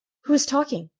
who is talking?